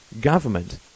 government